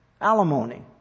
alimony